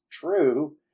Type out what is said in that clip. true